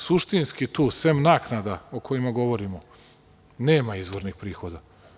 Suštinski tu sem naknada o kojima govorimo, nema izvornih prihoda.